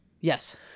yes